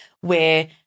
where-